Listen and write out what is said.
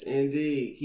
indeed